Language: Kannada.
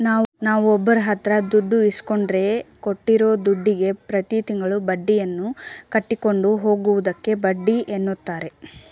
ನಾವುಒಬ್ಬರಹತ್ರದುಡ್ಡು ಇಸ್ಕೊಂಡ್ರೆ ಕೊಟ್ಟಿರೂದುಡ್ಡುಗೆ ಪ್ರತಿತಿಂಗಳು ಬಡ್ಡಿಯನ್ನುಕಟ್ಟಿಕೊಂಡು ಹೋಗುವುದಕ್ಕೆ ಬಡ್ಡಿಎನ್ನುತಾರೆ